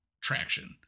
traction